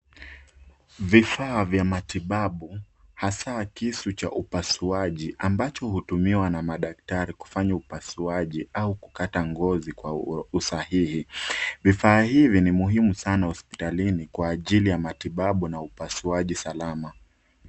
Vifaa vya matibabu, hasa kisu cha upasuaji ambacho hutumiwa na madaktari kufanya upasuaji au kukata ngozi kwa usahihi. Vifaa hivi ni muhimu sana hospitalini kwa ajili ya matibabu na upasuaji salama.